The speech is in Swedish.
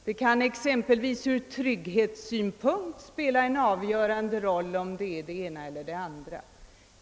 Det kan exempelvis för tryggheten spela en avgörande roll om en tjänst är ordinarie eller icke ordinarie.